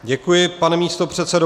Děkuji, pane místopředsedo.